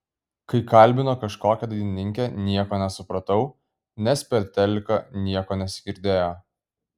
kai kalbino kažkokią dainininkę nieko nesupratau nes per teliką nieko nesigirdėjo